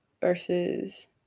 versus